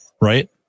right